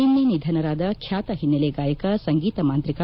ನಿನ್ನೆ ನಿಧನರಾದ ಖ್ಯಾತ ಹಿನ್ನೆಲೆ ಗಾಯಕ ಸಂಗೀತ ಮಾಂತ್ರಿಕ